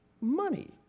money